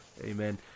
amen